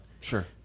Sure